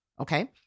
Okay